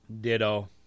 ditto